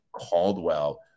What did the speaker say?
Caldwell